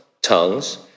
tongues